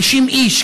כמעט 50 איש.